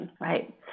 right